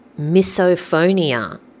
misophonia